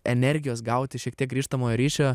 energijos gauti šiek tiek grįžtamojo ryšio